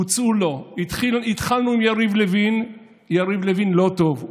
הוצעו לו: התחלנו עם יריב לוין יריב לוין לא טוב,